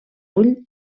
ull